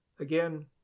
Again